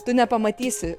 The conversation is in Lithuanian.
tu nepamatysi